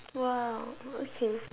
!wow! okay